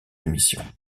mission